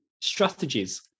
Strategies